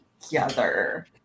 together